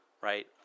Right